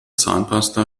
zahnpasta